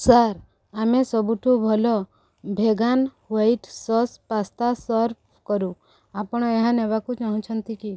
sir ଆମେ ସବୁଠୁ ଭଲ vegan white sauce pasta serve କରୁ ଆପଣ ଏହା ନେବାକୁ ଚାହୁଁଛନ୍ତି କି